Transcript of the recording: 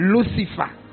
Lucifer